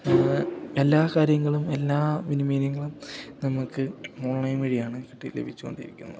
എല്ലാ എല്ലാ കാര്യങ്ങളും എല്ലാ വിനിമയങ്ങളും നമുക്ക് ഓൺലൈൻ വഴിയാണ് കിട്ടി ലഭിച്ചുകൊണ്ടിരിക്കുന്നത്